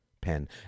pen